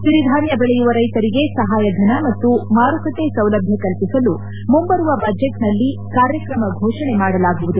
ಸಿರಿಧಾನ್ಯ ಬೆಳೆಯುವ ರೈತರಿಗೆ ಸಹಾಯಧನ ಮತ್ತು ಮಾರುಕಟ್ಟೆ ಸೌಲಭ್ಯ ಕಲ್ಲಿಸಲು ಮುಂಬರುವ ಬಜೆಟ್ನಲ್ಲಿ ಕಾರ್ಯಕ್ರಮ ಘೋಷಣೆ ಮಾಡಲಾಗುವುದು